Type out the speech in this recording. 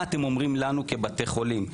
מה אתם אומרים לנו כבתי חולים?